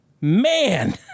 man